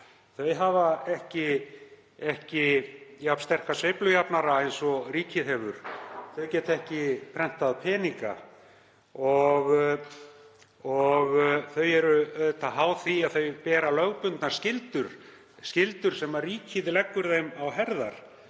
Þau hafa ekki jafn sterka sveiflujafnara og ríkið hefur. Þau geta ekki prentað peninga og þau eru háð því að þau bera lögbundnar skyldur sem ríkið leggur þeim á herðar.